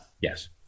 Yes